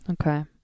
Okay